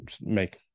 make